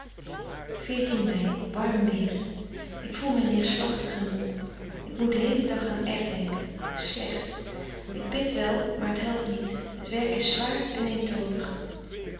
mei warm weer ik voel mij neerslachtig en moe ik moet den heelen dag aan r denken slecht ik bid wel maar t helpt niet t werk is zwaar en eentonig